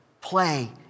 play